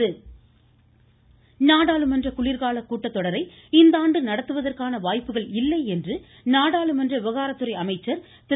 ம் ம் ம் ம் ம பிரகலாத் ஜோஷி நாடாளுமன்ற குளிர்கால கூட்டத்தொடர் இந்தாண்டு நடத்துவதற்கான வாய்ப்புகள் இல்லை என்று நாடாளுமன்ற விவகாரத்துறை அமைச்சர் திரு